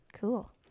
Cool